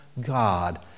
God